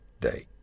day